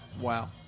Wow